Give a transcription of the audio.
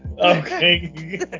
Okay